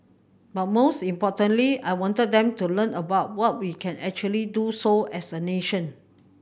but most importantly I wanted them to learn about what we can actually do so as a nation